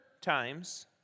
times